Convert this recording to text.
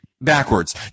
Backwards